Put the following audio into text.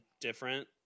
different